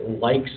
likes